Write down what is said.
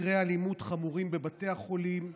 מקרי אלימות חמורים בבתי החולים,